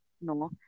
No